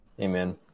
Amen